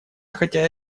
хотя